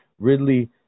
Ridley